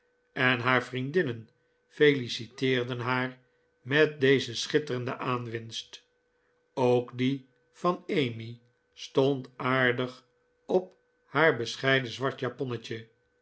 en haar vriendinnen feliciteerden haar met deze schitterende aanwinst ook die van emmy stond aardig op haar bescheiden zwart japonnetje